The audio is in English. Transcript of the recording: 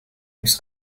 its